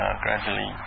gradually